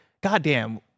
goddamn